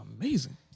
amazing